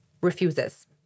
refuses